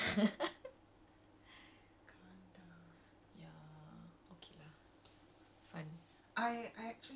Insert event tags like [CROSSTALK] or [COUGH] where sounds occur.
and then like you grow and then you watch it and you're just like what [BREATH] was I thinking [LAUGHS]